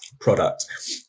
product